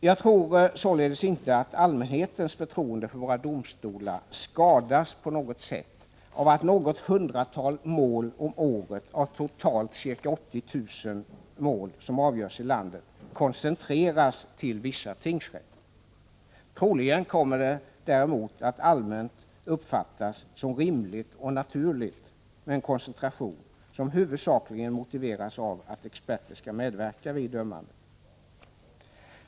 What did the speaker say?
Jag tror således inte att allmänhetens förtroende för våra domstolar skadas av att något hundratal mål om året, av de totalt ca 80 000 som avgörs i landet, koncentreras till vissa tingsrätter. Troligen kommer det allmänt att uppfattas som rimligt och naturligt med en koncentration, som huvudsakligen motiveras av att experter skall medverka vid dömandet.